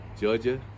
Georgia